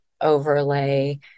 overlay